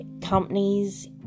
companies